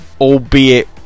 albeit